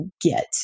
get